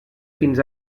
fins